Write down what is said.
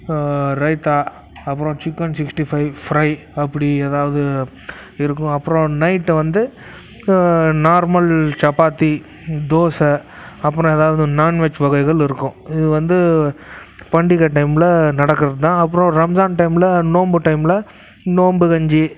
ரைத்தா அப்புறம் chicken sixty five fry அப்படி எதாவது இருக்கும் அப்புறம் நைட் வந்து நார்மல் சப்பாத்தி தோசை அப்புறம் எதாவது நான்வெஜ் வகைகள் இருக்கும் இது வந்து பண்டிகை டைமில் நடக்கிறதுதான் அப்புறம் ரம்ஜான் டைமில் நோன்பு டைமில் நோன்பு கஞ்சி